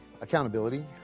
Accountability